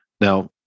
now